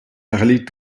parler